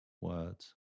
words